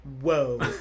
whoa